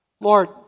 Lord